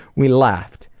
we laughed,